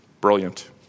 brilliant